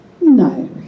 no